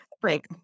Break